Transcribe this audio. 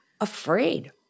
afraid